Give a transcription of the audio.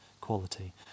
quality